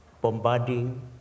bombarding